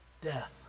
death